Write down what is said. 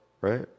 right